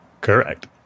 Correct